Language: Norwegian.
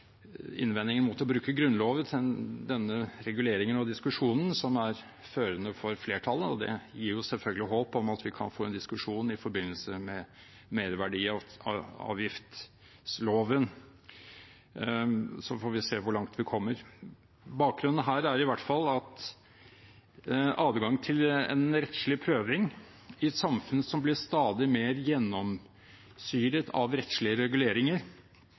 mot å bruke Grunnloven til denne reguleringen som er førende for flertallet, og det gir selvfølgelig håp om å få en diskusjon i forbindelse med merverdiavgiftsloven. Så får vi se hvor langt vi kommer. Bakgrunnen her er i hvert fall adgang til en rettslig prøving i et samfunn som blir stadig mer gjennomsyret av rettslige reguleringer,